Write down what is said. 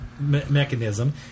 mechanism